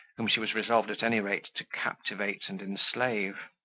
whom she was resoled at any rate to captivate and enslave.